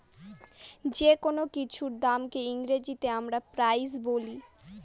যেকোনো কিছুর দামকে ইংরেজিতে আমরা প্রাইস বলি